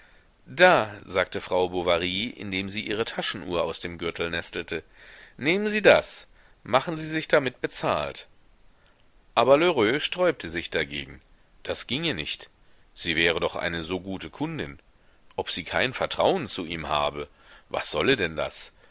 da sagte frau bovary indem sie ihre taschenuhr aus dem gürtel nestelte nehmen sie das machen sie sich damit bezahlt aber lheureux sträubte sich dagegen das ginge nicht sie wäre doch eine so gute kundin ob sie kein vertrauen zu ihm habe was solle denn das